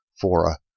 fora